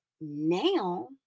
now